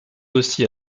aussi